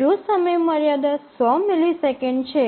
જો સમયમર્યાદા ૧00 મિલિસેકંડ છે